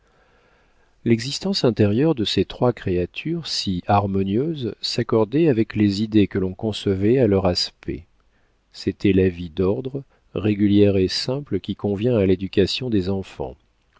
l'existence intérieure de ces trois créatures si harmonieuses s'accordait avec les idées que l'on concevait à leur aspect c'était la vie d'ordre régulière et simple qui convient à l'éducation des enfants